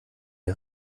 der